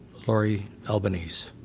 laurie albenise,